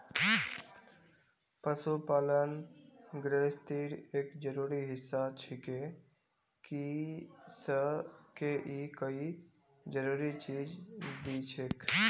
पशुपालन गिरहस्तीर एक जरूरी हिस्सा छिके किसअ के ई कई जरूरी चीज दिछेक